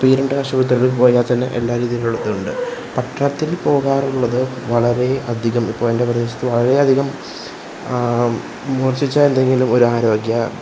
അപ്പോള് ഈ രണ്ട് ആശുപത്രികളിൽ പോയാൽ തന്നെ എല്ലാ രീതികളും ഉണ്ട് പട്ടണത്തിൽ പോകാറുള്ളത് വളരെ അധികം ഇപ്പോള് എൻ്റെ പ്രദേശത്ത് വളരെയധികം മൂർച്ഛിച്ച എന്തേലുമൊരു ആരോഗ്യ